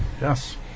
Yes